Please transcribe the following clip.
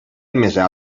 admesa